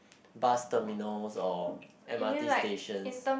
bus terminals or m_r_t stations